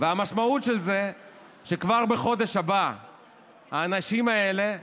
והמשמעות של זה היא שכבר בחודש הבא האנשים האלה,